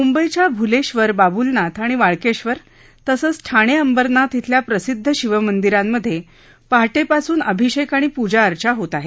मुंबईच्या भूलेश्वर बाबूलनाथ आणि वाळकेश्वर तसंच ठाणे अंबरनाथ इथल्या प्रसिदध शिवमंदिरांमधे पहाटेपासून अभिषेक आणि पूजा अर्चा होत आहे